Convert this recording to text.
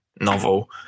novel